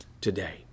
today